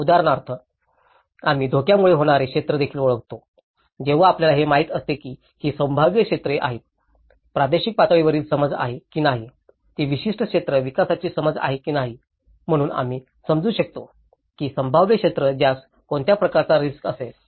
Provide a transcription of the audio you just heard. उदाहरणार्थ आम्ही धोक्यांमुळे होणारे क्षेत्र देखील ओळखतो जेव्हा आपल्याला हे माहित असते की ही संभाव्य क्षेत्रे आहेत प्रादेशिक पातळीवरील समज आहे की नाही ती विशिष्ट क्षेत्र विकासाची समज आहे की नाही म्हणून आम्ही समजू शकतो की संभाव्य क्षेत्रे ज्यास कोणत्या प्रकारचा रिस्क असेल